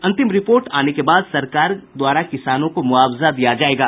अंतिम रिपोर्ट आने के बाद सरकार द्वारा किसानों को मुआवजा दिया जायेगा